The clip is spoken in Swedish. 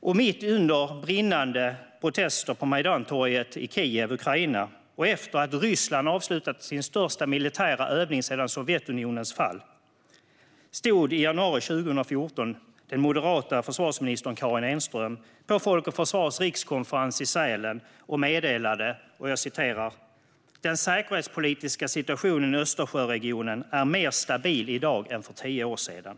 Och mitt under brinnande protester på Majdantorget i Kiev, Ukraina, och efter att Ryssland avslutat sin största militära övning sedan Sovjetunionens fall stod i januari 2014 den moderata försvarsministern Karin Enström på Folk och Försvars rikskonferens i Sälen och meddelade: "Den säkerhetspolitiska situationen i Östersjöregionen är mer stabil idag än för 10 år sedan."